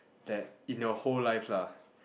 that in your whole life lah